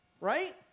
Right